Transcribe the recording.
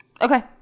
Okay